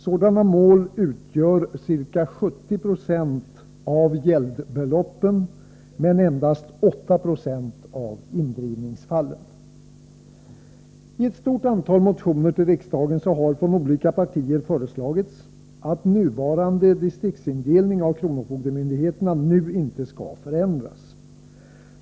Sådana mål utgör ca 70 90 av gäldbeloppen men endast 8 20 av indrivningsfallen. I ett stort antal motioner till riksdagen har från olika partier föreslagits att nuvarande distriktsindelning av kronofogdemyndigheterna nu inte skall förändras.